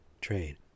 trade